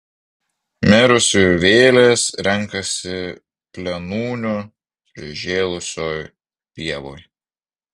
mirusiųjų vėlės renkasi plėnūnių prižėlusioj pievoj